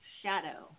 shadow